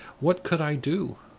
what could i do?